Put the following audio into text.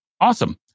Awesome